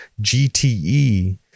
GTE